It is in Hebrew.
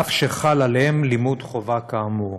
אף שחל עליהם לימוד חובה כאמור.